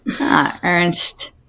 Ernst